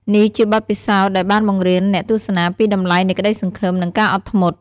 នេះជាបទពិសោធន៍ដែលបានបង្រៀនអ្នកទស្សនាពីតម្លៃនៃក្តីសង្ឃឹម និងការអត់ធ្មត់។